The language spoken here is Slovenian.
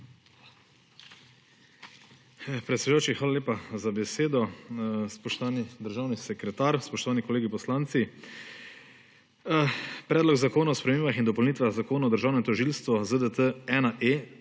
predlog zakona o spremembah in dopolnitvah Zakona o državnem tožilstvu, ZDT-1E,